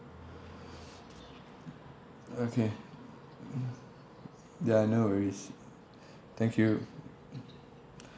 okay ya no worries thank you